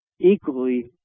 equally